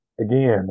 again